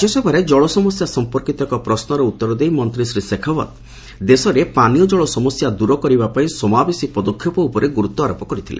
ରାଜ୍ୟସଭାରେ ଜଳ ସମସ୍ୟା ସଂପର୍କିତ ଏକ ପ୍ରଶ୍ମର ଉତ୍ତର ଦେଇ ମନ୍ତ୍ରୀ ଶୀ ଶେଖାଓ୍ନତ ଦେଶରେ ପାନୀୟ ଜଳ ସମସ୍ୟା ଦୂର କରିବା ପାଇଁ ସମାବେଶୀ ପଦକ୍ଷେପ ଉପରେ ଗୁରୁତ୍ୱାରୋପ କରିଥିଲେ